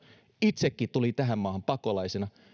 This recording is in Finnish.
itsekin tulin tähän maahan pakolaisena